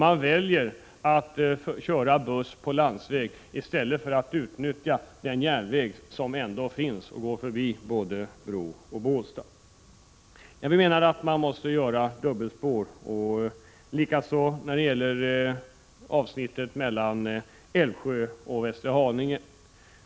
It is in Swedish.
Man väljer alltså att köra buss på landsväg i stället för att utnyttja den järnväg som finns och som går förbi både Bro och Bålsta. Vi menar att man måste göra dubbelspår här, och likaså på avsnittet mellan Älvsjö och Västerhaninge.